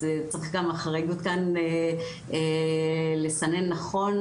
צריך גם אחריות כאן לסנן נכון.